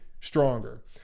stronger